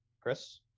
Chris